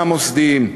מהמוסדיים.